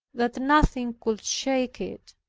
that nothing could shake it.